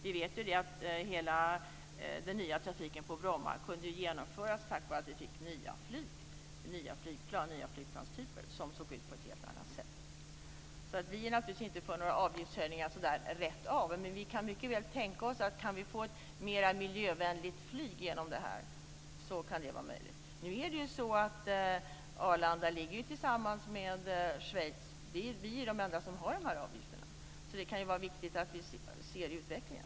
Vi vet ju att hela den nya trafiken på Bromma kunde genomföras tack vare att man fick nya flygplan, nya flygplanstyper som såg ut på ett helt annat sätt. Vi är inte för några avgiftshöjningar så där rätt av, men om man kan få ett mer miljövänligt flyg genom detta kan vi mycket väl tänka oss att det är möjligt. Nu är det ju bara vid Arlanda och i Schweiz som man har de här avgifterna. Det kan alltså vara viktigt att se på utvecklingen.